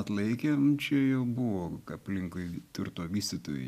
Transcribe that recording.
atlaikėm čia jau buvo aplinkui turto vystytojai